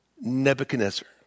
Nebuchadnezzar